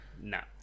No